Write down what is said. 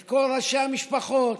את כל ראשי המשפחות,